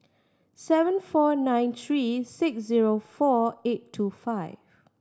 seven four nine three six zero four eight two five